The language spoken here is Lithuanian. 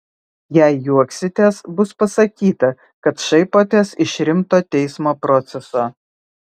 jei juoksitės bus pasakyta kad šaipotės iš rimto teismo proceso